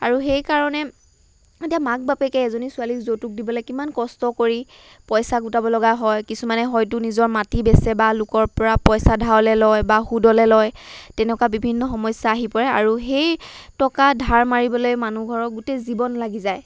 আৰু সেইকাৰণে এতিয়া মাক বাপেকে এজনী ছোৱালীক যৌতুক দিবলৈ কিমান কষ্ট কৰি পইচা গোটাবলগা হয় কিছুমানে হয়তো নিজৰ মাটি বেচে বা লোকৰ পৰা পইচা ধাৰলৈ লয় বা সুদলৈ লয় তেনেকুৱা বিভিন্ন সমস্যা আহি পৰে আৰু সেই টকা ধাৰ মাৰিবলৈ মানুহ ঘৰক গোটেই জীৱন লাগি যায়